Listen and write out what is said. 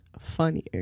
funnier